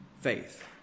faith